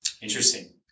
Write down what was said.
Interesting